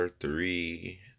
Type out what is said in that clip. three